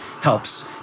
helps